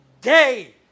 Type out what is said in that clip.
day